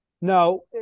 No